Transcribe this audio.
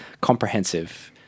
comprehensive